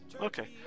Okay